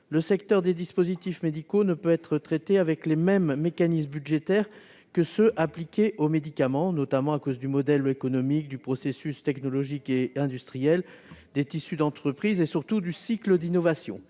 Le secteur des dispositifs médicaux ne peut être traité avec les mêmes mécanismes budgétaires que ceux qui sont appliqués au médicament, en raison de différences de modèle économique, de processus technologiques et industriels, de tissus d'entreprises, de cycles d'innovation,